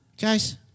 Guys